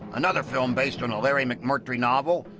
another film based on a larry mcmurtry novel,